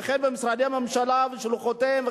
וכן משרדי ממשלה ושלוחותיהם",